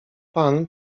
pan